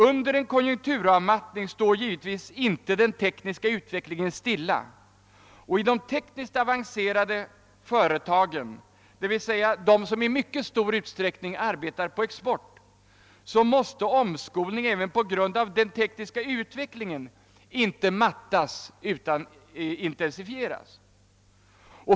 Under en konjunkturavmattning står den tekniska utvecklingen givetvis inte stilla och i de tekniskt avancerade företagen — d.v.s. de som i mycket stor utsträckning arbetar på export — måste omskolningen även på grund av den tekniska utvecklingen inte mattas av utan intensifieras.